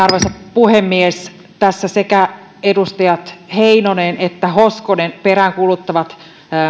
puhemies tässä sekä edustaja heinonen että edustaja hoskonen peräänkuuluttavat